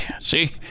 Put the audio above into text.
See